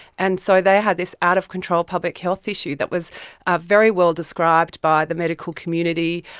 and so they had this out-of-control public health issue that was ah very well described by the medical community,